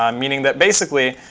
um meaning that, basically,